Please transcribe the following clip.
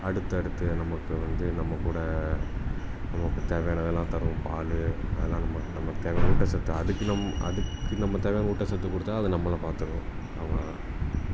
அடுத்து அடுத்து நமக்கு வந்து நம்மக் கூட நமக்குத் தேவையானதெல்லாம் தரும் பால் அதெல்லாம் நமக் நமக்கு தேவையான ஊட்டச்சத்து அதுக்கு நம் அதுக்கு நம்ம தேவையான ஊட்டச்சத்தை கொடுத்தா அது நம்மளை பார்த்துக்கும் அவ்வளோ தான்